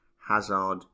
Hazard